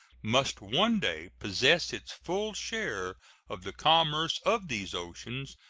must one day possess its full share of the commerce of these oceans,